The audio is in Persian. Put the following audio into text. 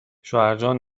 شوهرجان